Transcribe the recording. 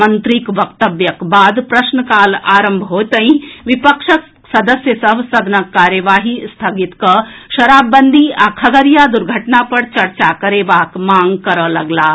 मंत्रीक वक्तव्यक बाद प्रश्नकाल आरंभ होइतहि विपक्षक सदस्य सभ सदनक कार्यवाही स्थगित कऽ शराबबंदी आ खगड़िया दुर्घटना पर चर्चा करेबाक मांग करए लगलाह